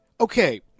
okay